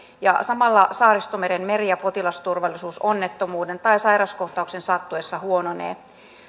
ja samalla saaristomeren meri ja potilasturvallisuus onnettomuuden tai sairauskohtauksen sattuessa huononee